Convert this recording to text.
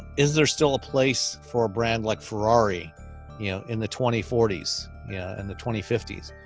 is there still a place for a brand like ferrari yeah in the twenty forty s yeah and the twenty fifty s?